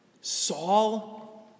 Saul